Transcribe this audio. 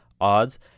odds